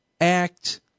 act